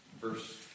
verse